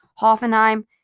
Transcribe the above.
Hoffenheim